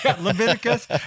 Leviticus